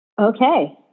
Okay